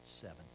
Seven